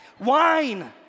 wine